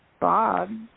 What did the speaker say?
Bob